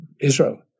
Israel